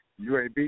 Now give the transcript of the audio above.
UAB